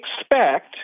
expect